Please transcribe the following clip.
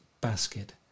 basket